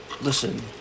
Listen